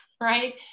right